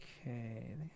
Okay